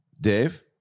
dave